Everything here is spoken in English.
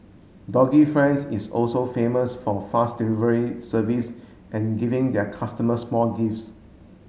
doggy friends is also famous for fast delivery service and giving their customers small gifts